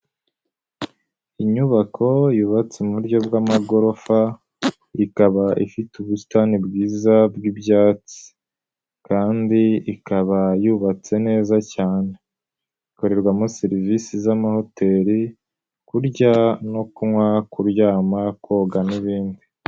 Inyubako yubatse mu buryo bw'amagorofa, ikaba ifite ubusitani bwiza bw'ibyatsi kandi ikaba yubatse neza cyane. Ikorerwamo serivisi z'amahoteri: kurya no kunywa, kuryama, koga n'ibindi.